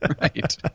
Right